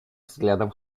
взглядам